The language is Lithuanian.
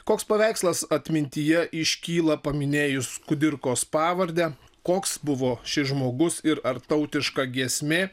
koks paveikslas atmintyje iškyla paminėjus kudirkos pavardę koks buvo šis žmogus ir ar tautiška giesmė